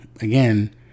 again